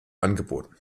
angeboten